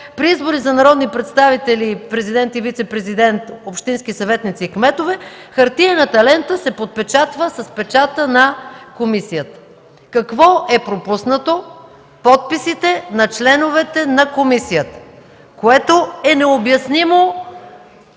При избори за народни представители, президент и вицепрезидент, общински съветници и кметове хартиената лента се подпечатва с печата на комисията. Какво е пропуснато? Подписите на членовете на комисията, което е необясним